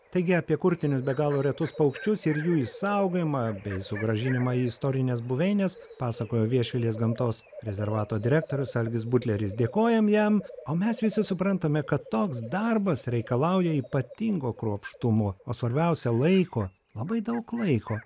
taigi apie kurtinius be galo retus paukščius ir jų išsaugojimą bei sugrąžinimą į istorines buveines pasakojo viešvilės gamtos rezervato direktorius algis butleris dėkojam jam o mes visi suprantame kad toks darbas reikalauja ypatingo kruopštumo o svarbiausia laiko labai daug laiko